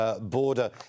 border